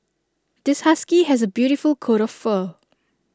this husky has A beautiful coat of fur